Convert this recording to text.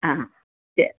ஆ சரி